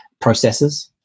processes